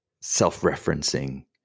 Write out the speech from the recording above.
self-referencing